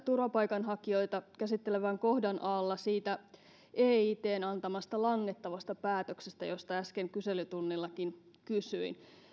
turvapaikanhakijoita käsittelevän kohdan alla siitä eitn antamasta langettavasta päätöksestä josta äsken kyselytunnillakin kysyin